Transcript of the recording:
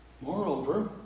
Moreover